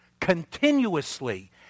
continuously